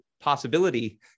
possibility